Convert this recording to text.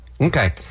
Okay